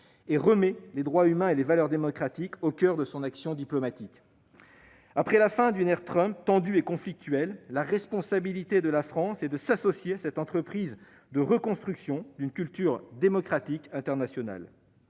de replacer les droits humains et les valeurs démocratiques au coeur de son action diplomatique. Après une présidence Trump tendue et conflictuelle, la responsabilité de notre pays est de s'associer à cette entreprise de reconstruction d'une culture démocratique internationale.